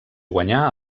guanyar